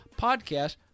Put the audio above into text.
podcast